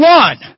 one